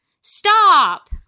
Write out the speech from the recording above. stop